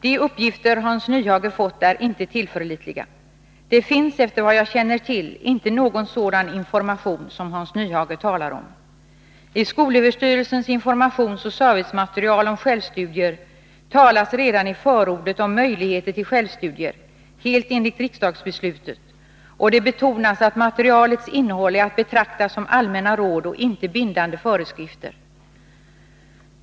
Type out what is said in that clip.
De uppgifter Hans Nyhage fått är inte tillförlitliga. Det finns, efter vad jag känner till, inte någon sådan information som Hans Nyhage talar om. I skolöverstyrelsens informationsoch servicematerial om självstudier talas redan i förordet om möjligheter till självstudier — helt enligt riksdagsbeslutet — och det betonas att materialets innehåll är att betrakta som allmänna råd och inte bindande föreskrifter.